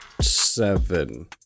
seven